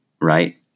right